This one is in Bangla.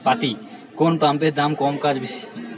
কোন পাম্পের দাম কম কাজ বেশি?